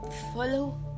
follow